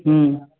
ह्म्म